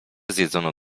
zjedzono